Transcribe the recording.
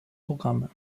programme